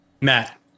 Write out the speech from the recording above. Matt